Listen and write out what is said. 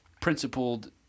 principled